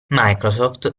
microsoft